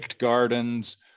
gardens